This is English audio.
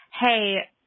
Hey